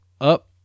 up